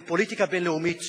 בפוליטיקה בין-לאומית